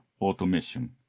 Automation